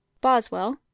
Boswell